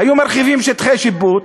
היו מרחיבים שטחי שיפוט,